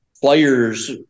players